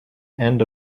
end